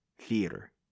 theater